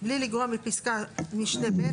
(ד)בלי לגרוע מפסקת משנה (ב),